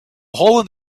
holland